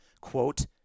quote